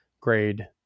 grade